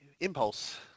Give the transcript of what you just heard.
Impulse